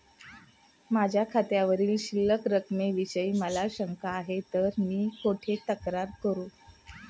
माझ्या खात्यावरील शिल्लक रकमेविषयी मला शंका आहे तर मी कुठे तक्रार करू?